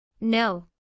No